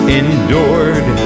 endured